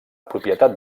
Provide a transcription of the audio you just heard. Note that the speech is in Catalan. propietat